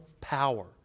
power